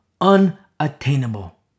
unattainable